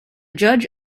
judge